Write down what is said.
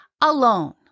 alone